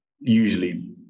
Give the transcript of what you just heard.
usually